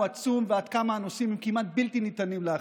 עצום ועד כמה הנושאים הם כמעט בלתי ניתנים להכלה.